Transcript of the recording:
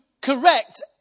correct